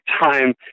time